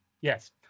Yes